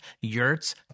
yurts